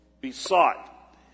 besought